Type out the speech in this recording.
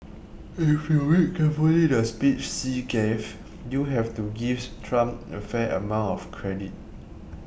if you read carefully the speech Xi gave you have to give Trump a fair amount of credit